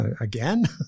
again